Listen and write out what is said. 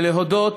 ולהודות